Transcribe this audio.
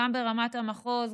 גם ברמת המחוז,